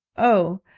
oh,